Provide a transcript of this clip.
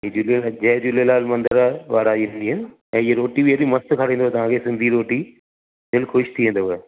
इहा झूलेलाल जय झूलेलाल मंदरु आहे वारा ई सिंधी आहिनि ऐं इहे रोटी बि एॾी मस्त खराईंदव तव्हां खे सिंधी रोटी दिलि ख़ुशि थी वेंदव